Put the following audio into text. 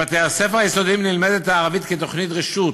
בבתי-הספר היסודיים נלמדת הערבית כתוכנית רשות,